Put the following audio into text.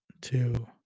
two